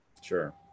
Sure